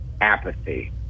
apathy